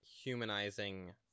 humanizing